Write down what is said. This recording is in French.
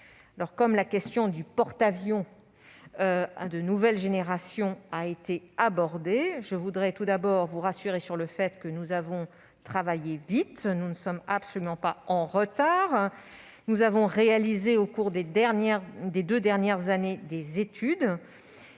Comme la question du porte-avions de nouvelle génération a été abordée, je tiens à vous rassurer. Nous avons travaillé vite, nous ne sommes absolument pas en retard. Nous avons réalisé au cours des deux dernières années des études